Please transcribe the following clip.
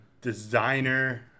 designer